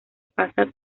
pasa